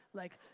like,